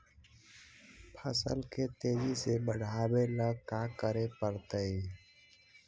फसल के तेजी से बढ़ावेला का करे पड़तई?